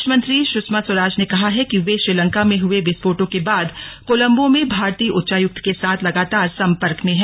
विदेश मंत्री सुषमा स्वराज ने कहा है कि वे श्रीलंका में हुए विस्फोटों के बाद कोलम्बो में भारतीय उच्चायुक्त के साथ लगातार सम्पर्क में हैं